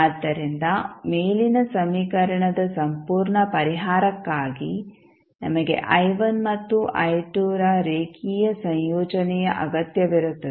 ಆದ್ದರಿಂದ ಮೇಲಿನ ಸಮೀಕರಣದ ಸಂಪೂರ್ಣ ಪರಿಹಾರಕ್ಕಾಗಿ ನಮಗೆ ಮತ್ತು ರ ರೇಖೀಯ ಸಂಯೋಜನೆಯ ಅಗತ್ಯವಿರುತ್ತದೆ